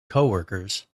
coworkers